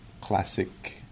classic